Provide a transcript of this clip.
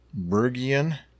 Bergian